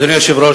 אדוני היושב-ראש,